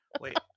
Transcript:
Wait